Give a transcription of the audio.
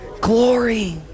glory